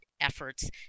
efforts